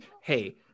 Hey